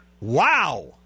Wow